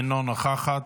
אינה נוכחת,